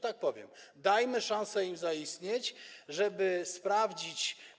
Tak powiem: dajmy szansę im zaistnieć, żeby to sprawdzić.